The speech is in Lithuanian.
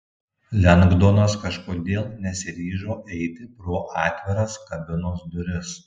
lengdonas kažkodėl nesiryžo eiti pro atviras kabinos duris